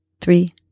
three